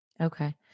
Okay